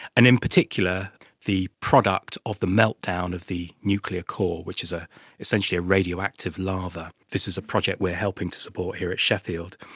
and in particular the product of the meltdown of the nuclear core, which is ah essentially a radioactive lava. this is a project we are helping to support here at sheffield.